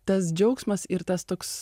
tas džiaugsmas ir tas toks